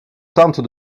tente